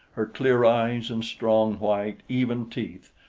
her clear eyes and strong white, even teeth,